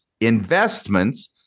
investments